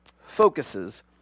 Focuses